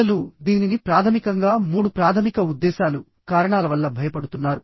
ప్రజలు దీనిని ప్రాథమికంగా మూడు ప్రాథమిక ఉద్దేశాలుకారణాల వల్ల భయపడుతున్నారు